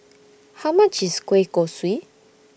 How much IS Kueh Kosui